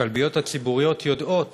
הכלביות הציבוריות יודעות